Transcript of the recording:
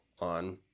on